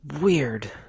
weird